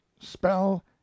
spell